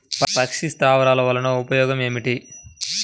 పక్షి స్థావరాలు వలన ఉపయోగం ఏమిటి?